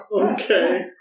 Okay